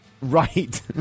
Right